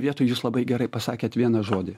vietoj jūs labai gerai pasakėt vieną žodį